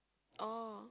oh